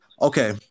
Okay